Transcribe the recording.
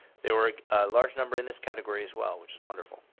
there were large number in this category as well. which is wonderful.